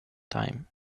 time